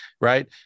Right